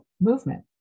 movement